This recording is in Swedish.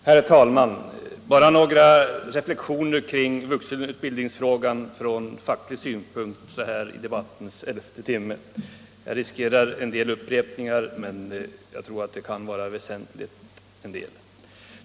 Herr talman! Bara några reflexioner kring vuxenutbildningsfrågan från facklig synpunkt så här i debattens elfte timme. Jag riskerar en del upprepningar, men jag tror att vissa av dem kan vara väsentliga.